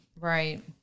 right